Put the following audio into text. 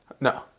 No